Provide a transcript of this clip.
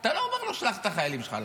אתה לא אומר לו: שלח את החיילים שלך לעבוד.